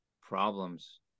problems